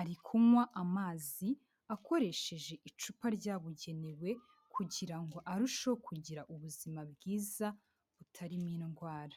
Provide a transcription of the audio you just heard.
ari kunywa amazi akoresheje icupa ryabugenewe kugira ngo arusheho kugira ubuzima bwiza butarimo indwara.